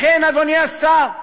לכן, אדוני השר,